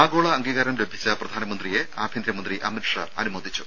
ആഗോള അംഗീകാരം ലഭിച്ച പ്രധാനമന്ത്രിയെ ആഭ്യന്തരമന്ത്രി അമിത്ഷാ അനുമോദിച്ചു